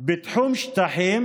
5 נכתב: בתחום שטחים,